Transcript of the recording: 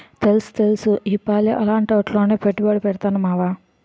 తెలుస్తెలుసు ఈపాలి అలాటాట్లోనే పెట్టుబడి పెడతాను మావా